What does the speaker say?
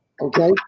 okay